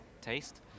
taste